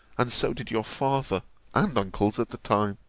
and so did your father and uncles at the time